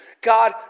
God